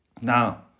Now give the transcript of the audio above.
Now